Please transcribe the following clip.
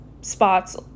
spots